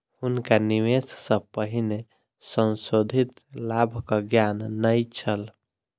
हुनका निवेश सॅ पहिने संशोधित लाभक ज्ञान नै छल